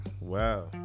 wow